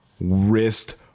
wrist